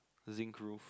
zinc groove